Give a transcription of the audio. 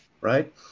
right